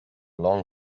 long